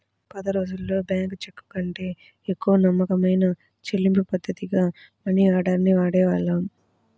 పాతరోజుల్లో బ్యేంకు చెక్కుకంటే ఎక్కువ నమ్మకమైన చెల్లింపుపద్ధతిగా మనియార్డర్ ని వాడేవాళ్ళు